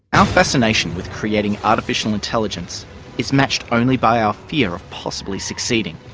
our fascination with creating artificial intelligence is matched only by our fear of possibly succeeding.